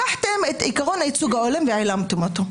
לקחתם את עקרון הייצוג ההולם והעלמתם אותו.